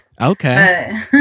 Okay